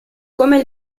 come